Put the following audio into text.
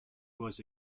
was